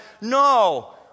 no